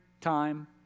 time